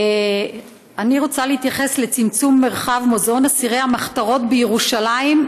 אני רוצה להתייחס לצמצום מרחב מוזיאון אסירי המחתרות בירושלים,